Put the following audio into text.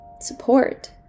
Support